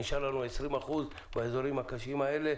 נשאר לנו 20% באזורים הקשים ביותר,